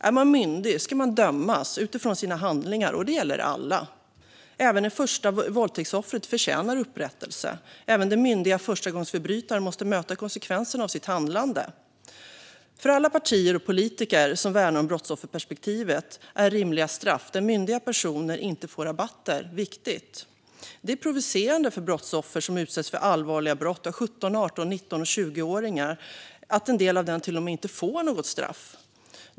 Är man myndig ska man dömas utifrån sina handlingar, och det gäller alla. Även det första våldtäktsoffret förtjänar upprättelse. Även den myndiga förstagångsförbrytaren måste möta konsekvenserna av sitt handlande. För alla partier och politiker som värnar brottsofferperspektivet är rimliga straff, där myndiga personer inte får rabatter, viktigt. Det är provocerande för brottsoffer som utsätts för allvarliga brott av 17, 18, 19 och 20-åringar att en del av dem till och med inte får något straff.